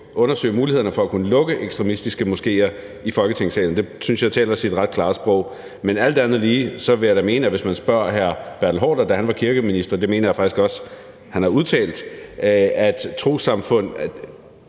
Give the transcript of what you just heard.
undersøge mulighederne for at kunne lukke ekstremistiske moskéer – i Folketingssalen, og det synes jeg taler sit ret klare sprog. Men alt andet lige vil jeg da mene, at hvis man havde spurgt hr. Bertel Haarder, da han var kirkeminister – det mener jeg faktisk også han har udtalt – så